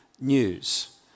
news